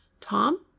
Tom